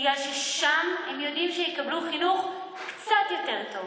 בגלל שהם יודעים ששם הם יקבלו חינוך קצת יותר טוב.